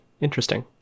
Interesting